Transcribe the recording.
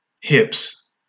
hips